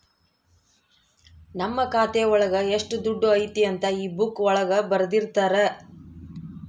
ನಮ್ ಖಾತೆ ಒಳಗ ಎಷ್ಟ್ ದುಡ್ಡು ಐತಿ ಅಂತ ಈ ಬುಕ್ಕಾ ಒಳಗ ಬರ್ದಿರ್ತರ